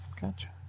Gotcha